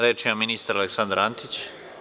Reč ima ministar Aleksandar Antić.